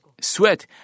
sweat